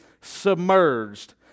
submerged